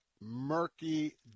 murky